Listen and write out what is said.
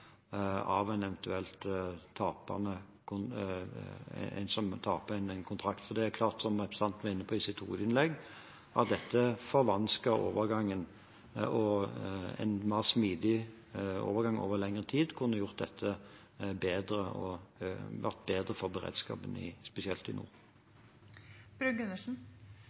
av en som taper en kontrakt. For det er klart at dette, som representanten var inne på i sitt hovedinnlegg, forvansker overgangen, og en mer smidig overgang over lengre tid kunne gjort dette bedre og vært bedre for beredskapen, spesielt i nord. Under helse- og omsorgskomiteens høring i